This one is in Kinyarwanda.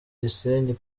gisenyi